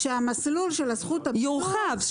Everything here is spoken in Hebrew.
שהמסלול של זכות הביטול יורחב.